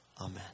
Amen